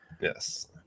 yes